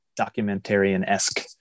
documentarian-esque